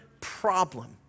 problem